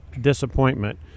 disappointment